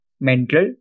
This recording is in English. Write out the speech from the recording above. mental